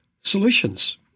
solutions